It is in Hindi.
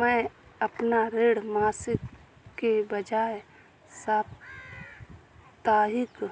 मैं अपना ऋण मासिक के बजाय साप्ताहिक